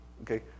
Okay